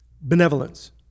benevolence